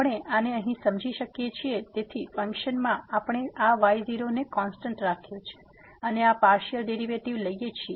આપણે આને અહીં સમજી શકીએ છીએ તેથી ફંક્શનમાં આપણે આ y0 ને કોન્સ્ટેન્ટ રાખ્યો છે અને આ પાર્સીઅલ ડેરીવેટીવ લઈએ છીએ